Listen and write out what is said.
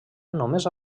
només